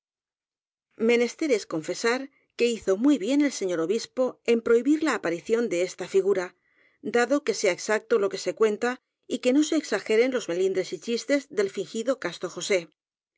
menester es confesar que hizo muy bien el señor obispo en prohibir la aparición de esta figura dado que sea exacto lo que se cuenta y que no se exage ren los melindres y chistes del fingido casto josé